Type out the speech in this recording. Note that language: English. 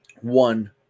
one